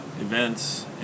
events